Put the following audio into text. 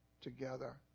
together